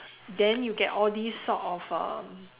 then you get all this sort of um